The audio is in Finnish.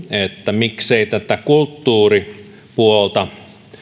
miksei tätä kulttuuripuolta